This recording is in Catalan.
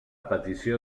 petició